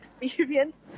experience